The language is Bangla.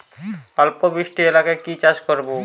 অল্প বৃষ্টি এলাকায় কি চাষ করব?